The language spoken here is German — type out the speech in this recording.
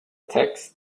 text